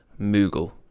Mughal